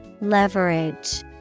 Leverage